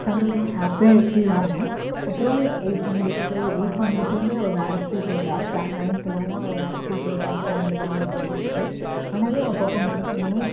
சந்தோஷமாக ஹேப்பியாக ஃபீல் ஆகும் அப்றம் எயித் முடிச்சுட்டு எயித் முடித்தவுடனே அவள் வேறு ஸ்கூல் போய்ட்டாள் வே நைன்த்துலலாம் அவள் வேறு ஸ்கூல் போய்ட்டாள் அப்புறம் அந்த பாண்ட் அப்படியே போய்டுச்சு ஆனாலும் அப்போ அப்போ மெசேஜ் பண்ணுவோம்